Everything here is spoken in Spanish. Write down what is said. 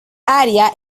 área